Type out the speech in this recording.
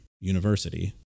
university